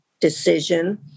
decision